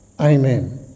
Amen